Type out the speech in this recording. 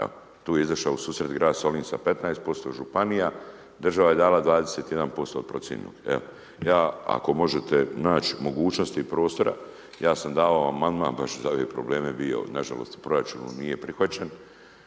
Tu je izašao grad Solin sa 15%, županija, država je dala 21% od procijenjenog. Evo. Ja ako možete naći mogućnosti prostora, ja sam dao amandman …/Govornik se ne razumije./… nažalost u proračunu nije prihvaćen.